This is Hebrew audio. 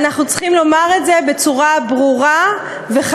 אנחנו צריכים לומר את זה בצורה ברורה וחלקה,